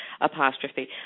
apostrophe